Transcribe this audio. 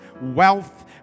wealth